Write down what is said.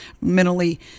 mentally –